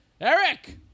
eric